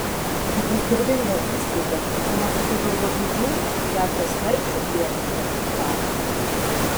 tai bus garbinga įstaiga o ne kokia galvažudžių ir gatvės mergšių prieglauda kaip dafnės